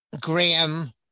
Graham